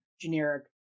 generic